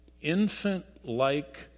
infant-like